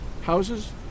Houses